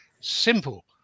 simple